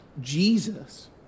Jesus